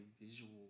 visual